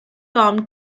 tom